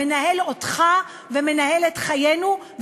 מנהל אותך ומנהל את חיינו,